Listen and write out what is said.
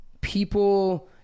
people